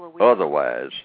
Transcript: Otherwise